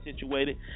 situated